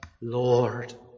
Lord